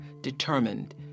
determined